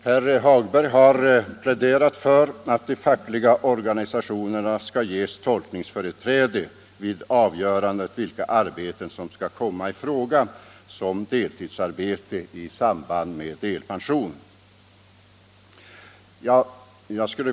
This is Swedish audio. Herr Hagberg i Borlänge har pläderat för att de fackliga organisationerna skall ges tolkningsföreträde vid avgörande av vilka arbeten som skall komma i fråga som deltidsarbete i samband med delpension.